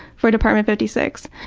for department fifty six.